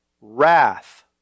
wrath